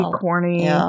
corny